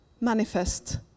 manifest